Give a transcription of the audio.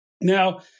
Now